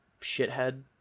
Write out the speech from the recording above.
shithead